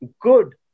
good